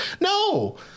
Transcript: No